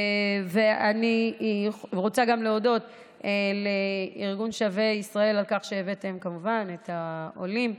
אני רוצה גם להודות לארגון שבי ישראל על כך שהבאתם כמובן את העולים,